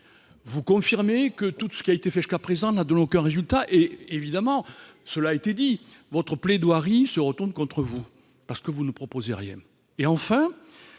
Vous confirmez que tout ce qui a été fait jusqu'à présent n'a donné aucun résultat ; et évidemment, cela a été dit, votre plaidoirie se retourne contre vous, parce que vous ne proposez rien. Vous